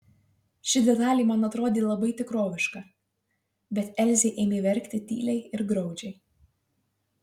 ši detalė man atrodė labai tikroviška bet elzė ėmė verkti tyliai ir graudžiai